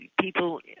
people